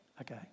Okay